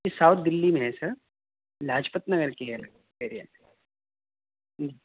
یہ ساؤتھ دلی میں ہے سر لاجپت نگر کے ایئر ایریا میں سر جی